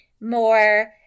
more